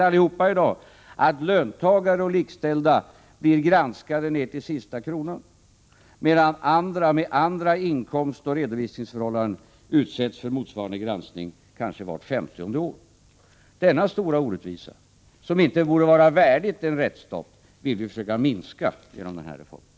Alla vet att löntagare och med dem likställda i dag blir granskade till sista kronan, medan andra med andra inkomster och redovisningsförhållanden utsätts för motsvarande granskning kanske vart femtionde år. Denna stora orättvisa, som inte borde vara värdig en rättsstat, vill vi försöka minska genom denna reform.